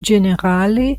ĝenerale